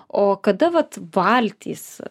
o kada vat valtys